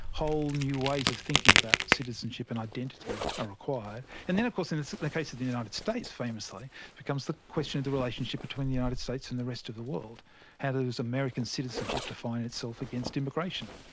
whole new ways of thinking about citizenship and identity are required. and then of course in the like case of the united states, famously, it becomes the question of the relationship between the united states and the rest of the world how does this american citizenship define itself against immigration?